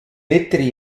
lettere